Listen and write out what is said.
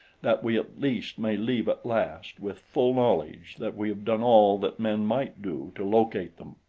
that we at least may leave at last with full knowledge that we have done all that men might do to locate them.